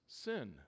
Sin